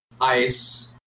ICE